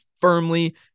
firmly